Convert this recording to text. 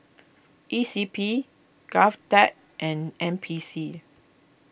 E C P Govtech and N P C